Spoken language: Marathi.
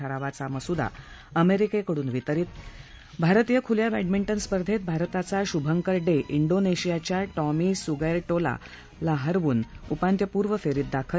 ठरावाचा मसुदा अमेरिकेकडून वितरित भारतीय खुल्या बॅटमिंटन स्पर्धेत भारताचा शुभंकर डे डोनेशियाच्या टॉमी सुगैटोेला हरवून उपान्त्यपूर्व फेरीत दाखल